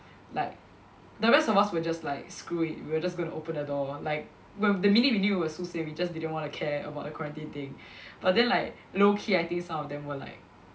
like the rest of us were just like screw it we're just going to open the door like wh~ the minute we knew about Su Xian we just didn't want to care about the quarantine thing but then like low key I think some of them were like